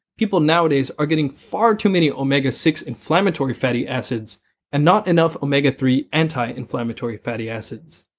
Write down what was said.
people nowadays are getting far too many omega six inflammatory fatty acids and not enough omega three anti inflammatory fatty acids.